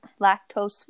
lactose